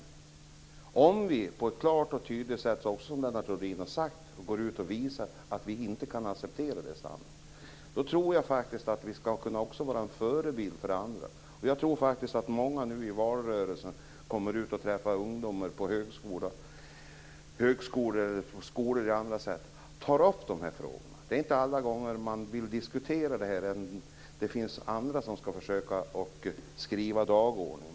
Om vi på ett klart och tydligt sätt, som Lennart Rohdin har sagt, går ut och visar att vi inte kan acceptera det här i samhället, tror jag faktiskt också att vi kan vara förebilder för andra. Jag tror att det är bra om många som nu i valrörelsen kommer ut och träffar ungdomar på skolor och högskolor tar upp de här frågorna. Det är inte alla gånger man vill diskutera det här. Det finns andra som skall försöka sätta dagordningen.